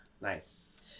Nice